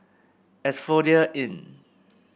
Asphodel Inn